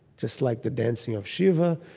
just like the dancing of shiva.